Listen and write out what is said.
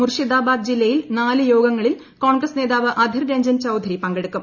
മുർഷിദാബാദ് ജില്ലയിൽ നാല് യോഗങ്ങളിൽ കോൺഗ്രസ് നേതാവ് അധിർ രഞ്ജൻ ചൌധരി പങ്കെടുക്കും